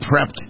prepped